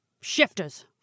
Shifters